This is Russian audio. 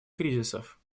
кризисов